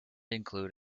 include